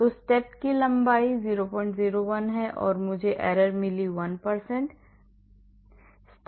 तो चरण की लंबाई 001 है मुझे 1 त्रुटि मिलती है